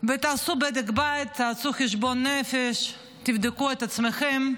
ותעשו בדק בית, תעשו חשבון נפש, תבדקו את עצמכם,